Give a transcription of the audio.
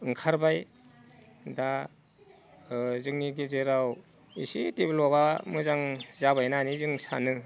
ओंखारबाय दा जोंनि गेजेराव एसे डेभेलपआ मोजां जाबाय होननानै जों सानो